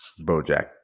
BoJack